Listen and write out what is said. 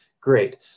Great